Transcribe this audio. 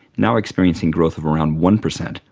now experiencing growth of around one percent,